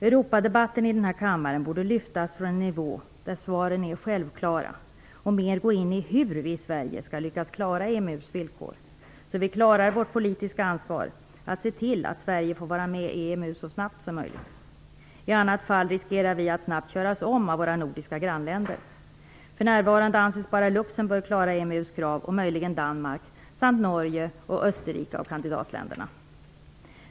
Europadebatten i den här kammaren borde lyftas från en nivå där svaren är självklara. Man borde mer gå in på frågor om hur Sverige skall lyckas klara av EMU:s villkor och hur vi skall klara av vårt politiska ansvar att se till att Sverige får vara med i EMU så snabbt som möjligt. I annat fall riskerar vi att snabbt köras om av våra nordiska grannländer. För närvarande anses bara Luxemburg och möjligen Danmark klara EMU:s krav samt Norge och Österrike av kandidatländerna.